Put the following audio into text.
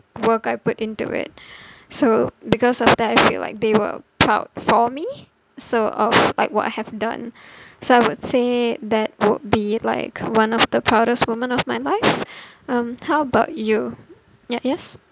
work I put into it so because of that I feel like they were proud for me so of like what I have done so I would say that would be like one of the proudest moment of my life um how about you ya yes